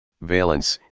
Valence